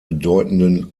bedeutenden